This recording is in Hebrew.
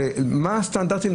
מה הסטנדרטים,